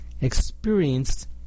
experienced